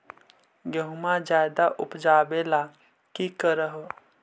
गेहुमा ज्यादा उपजाबे ला की कर हो?